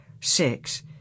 six